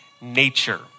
nature